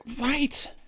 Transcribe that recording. Right